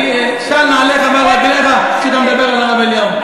של נעליך מעל רגליך כשאתה מדבר על הרב אליהו.